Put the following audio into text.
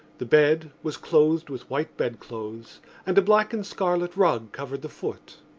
the bed was clothed with white bedclothes and a black and scarlet rug covered the foot.